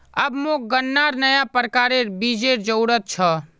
अब मोक गन्नार नया प्रकारेर बीजेर जरूरत छ